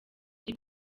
ari